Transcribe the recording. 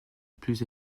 plus